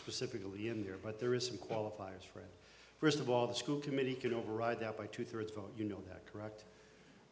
specifically in there but there is some qualifiers for it first of all the school committee can override that by two thirds vote you know that correct